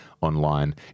online